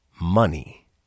money